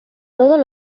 todos